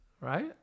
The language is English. Right